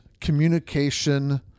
communication